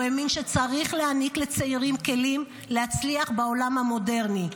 הוא האמין שצריך להעניק לצעירים כלים להצליח בעולם המודרני.